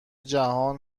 جهان